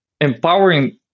empowering